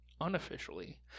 Unofficially